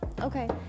okay